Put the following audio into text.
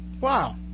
Wow